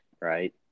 right